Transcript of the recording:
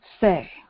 say